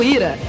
Ira